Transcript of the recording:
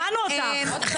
שמענו אותך.